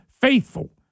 faithful